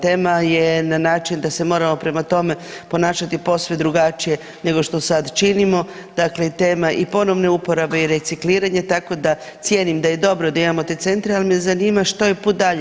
Tema je na način da se moramo prema tome ponašati posve drugačije nego što sad činimo, dakle tema i ponovne uporabe i recikliranja tako da cijenim da je dobro da imamo te centre, ali me zanima što je … dalje?